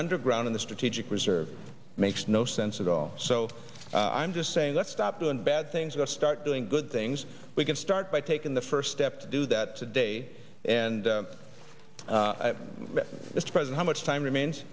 underground the strategic reserve makes no sense at all so i'm just saying let's stop doing bad things or start doing good things we can start by taking the first step to do that today and this present how much time remains